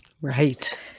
Right